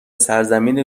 سرزمین